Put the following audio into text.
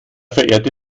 verehrte